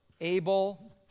able